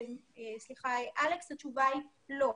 אלכס, התשובה היא לא.